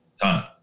Done